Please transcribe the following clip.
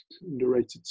Underrated